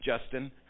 Justin